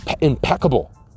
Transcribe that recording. impeccable